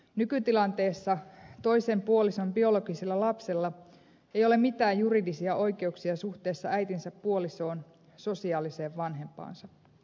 nykytilanteessa toisen puolison biologisella lapsella ei ole mitään juridisia oikeuksia suhteessa äitinsä puolisoon sosiaaliseen vanhempaansa